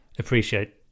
appreciate